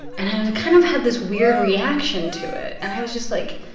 and i kind of had this weird reaction to it. and i was just like,